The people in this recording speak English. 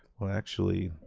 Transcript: well, actually,